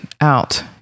out